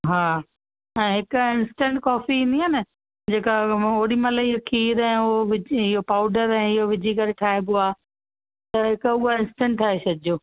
ऐं हिकु instant coffee ईंदी आहे न जेका ओॾीमहिल ई खीर ऐं हो विझ इहो पाउडर ऐं इहो विझी करे ठाहिबो आहे त हिकु हूअ इंस्टेंट ठाहे छॾिजो